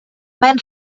maen